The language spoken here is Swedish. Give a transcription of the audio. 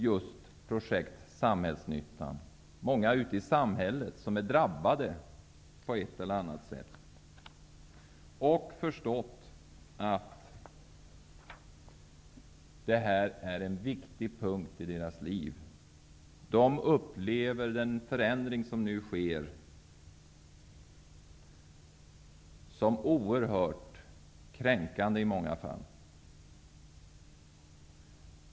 Jag har talat med många ute i samhället, som är drabbade på ett eller annat sätt, om just projekt Samhällsnyttan. Jag har förstått att det här är en viktig punkt i deras liv. De upplever den förändring som nu sker som oerhört kränkande i många fall.